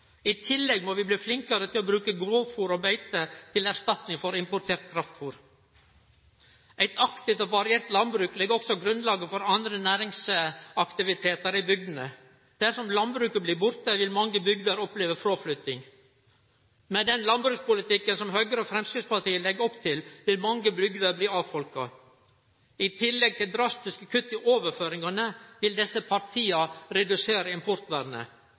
I tillegg må vi bli flinkare til å bruke grovfôr og beite til erstatning for importert kraftfôr. Eit aktiv og variert landbruk legg også grunnlaget for andre næringsaktivitetar i bygdene. Dersom landbruket blir borte, vil mange bygder oppleve fråflytting. Med den landbrukspolitikken som Høgre og Framstegspartiet legg opp til, vil mange bygder bli avfolka. I tillegg til drastiske kutt i overføringane vil desse partia redusere importvernet.